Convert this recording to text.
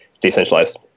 decentralized